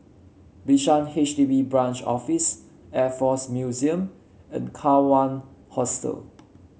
Bishan DB Branch Office Air Force Museum and Kawan Hostel